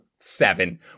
seven